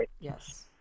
Yes